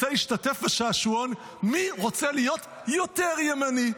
רוצה להשתתף בשעשועון מי רוצה להיות יותר ימני?